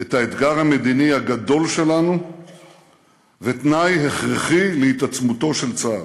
את האתגר המדיני הגדול שלנו ותנאי הכרחי להתעצמותו של צה"ל.